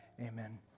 amen